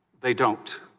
they don't